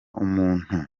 umuntu